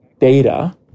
data